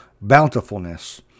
bountifulness